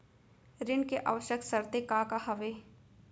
ऋण के आवश्यक शर्तें का का हवे?